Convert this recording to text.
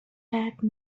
اینقدر